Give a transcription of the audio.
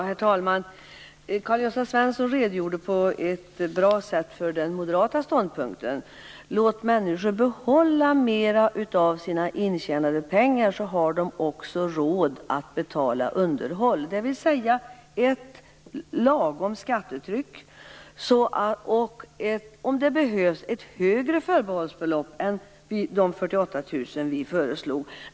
Herr talman! Karl-Gösta Svenson redogjorde på ett bra sätt för den moderata ståndpunkten: Låt människor behålla mera av sina intjänade pengar, så har de också råd att betala underhåll. Det skall alltså vara ett lagom hårt skattetryck, och om det behövs kan det vara ett högre förbehållsbelopp än de 48 000 kr som vi föreslog.